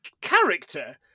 character